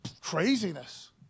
craziness